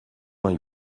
vingt